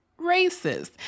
racist